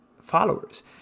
followers